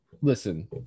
listen